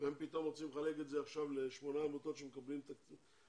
והם פתאום רוצים לחלק את זה עכשיו לשמונה עמותות שמקבלות תקציבים.